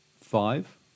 five